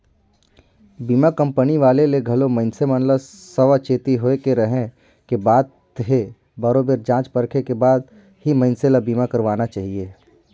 बीमा कंपनी वाले ले घलो मइनसे मन ल सावाचेती होय के रहें के बात हे बरोबेर जॉच परखे के बाद ही मइनसे ल बीमा करवाना चाहिये